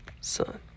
son